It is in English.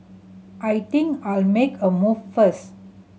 I think I'll make a move first